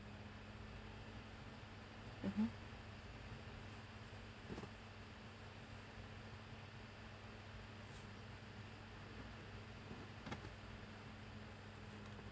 mmhmm